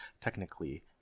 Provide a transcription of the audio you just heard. technically